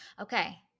Okay